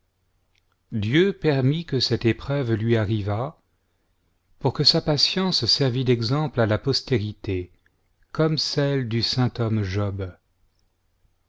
dieu permit que cette épreuve lui arrivât pour que sa patience servît d'exemple à la postérité comme celle du saint